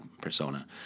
persona